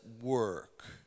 work